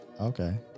okay